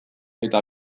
eta